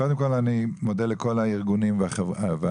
קודם כל אני מודה לכל הארגונים והמשתתפים,